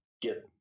get